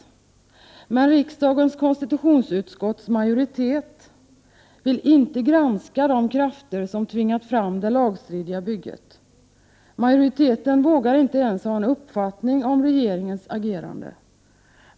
Men majoriteten i riksdagens konstitutionsutskott ville inte granska de krafter som tvingat fram det lagstridiga bygget. Majoriteten vågar inte ens ha en uppfattning om regeringens agerande.